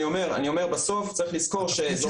אני אומר בסוף צריך לזכור ש- -- התפקיד